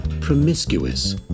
promiscuous